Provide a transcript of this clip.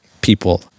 people